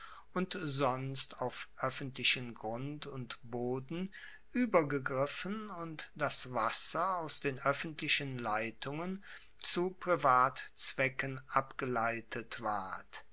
und sonst auf oeffentlichen grund und boden uebergegriffen und das wasser aus den oeffentlichen leitungen zu privatzwecken abgeleitet ward